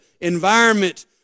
environment